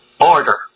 order